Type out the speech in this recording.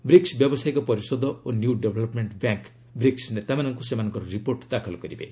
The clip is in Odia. ବ୍ରିକ୍ସ ବ୍ୟାବସାୟିକ ପରିଷଦ ଓ ନିୟୁ ଡେଭ୍ଲପ୍ମେଣ୍ଟ ବ୍ୟାଙ୍କ୍ ବ୍ରିକ୍ୱ ନେତାମାନଙ୍କୁ ସେମାନଙ୍କ ରିପୋର୍ଟ ଦାଖଲ କରିବେ